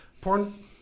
porn